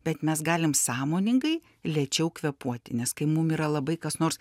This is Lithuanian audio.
bet mes galim sąmoningai lėčiau kvėpuoti nes kai mum yra labai kas nors